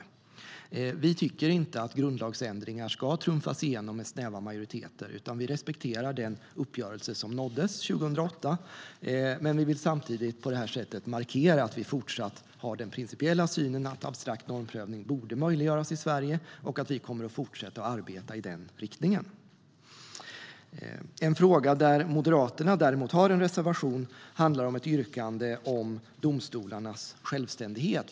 Vi tycker inte att grundlagsändringar ska trumfas igenom med snäva majoriteter, utan vi respekterar den uppgörelse som nåddes 2008. Men vi vill samtidigt på det här sättet markera att vi fortsätter att ha den principiella synen att abstrakt normprövning borde bli möjlig i Sverige och att vi kommer att fortsätta att arbeta i den riktningen. En fråga där Moderaterna däremot har en reservation handlar om ett yrkande om domstolarnas självständighet.